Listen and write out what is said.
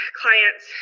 clients